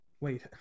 Wait